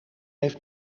heeft